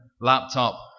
laptop